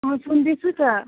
अँ सुन्दैछु त